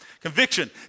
Conviction